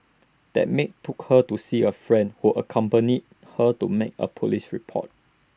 that maid took her to see A friend who accompanied her to make A Police report